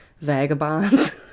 vagabonds